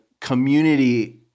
community